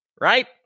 right